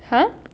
!huh!